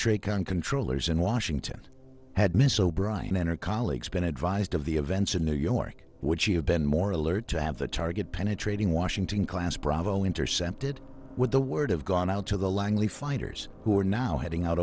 tracon controllers in washington had miss o'brian enter colleagues been advised of the events in new york would she have been more alert to have the target penetrating washington class bravo intercepted with the word have gone out to the langley fighters who are now heading out